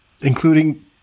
Including